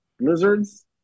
Lizards